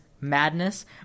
madness